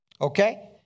okay